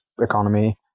economy